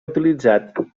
utilitzat